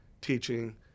teaching